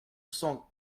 cent